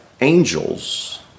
angels